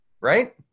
right